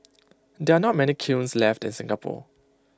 there are not many kilns left in Singapore